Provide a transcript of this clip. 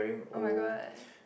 [oh]-my-god